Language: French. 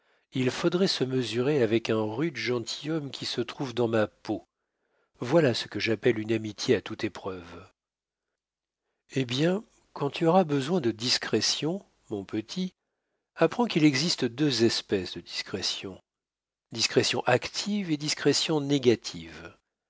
il faudrait se mesurer avec un rude gentilhomme qui se trouve dans ma peau voilà ce que j'appelle une amitié à toute épreuve hé bien quand tu auras besoin de discrétion mon petit apprends qu'il existe deux espèces de discrétions discrétion active et discrétion négative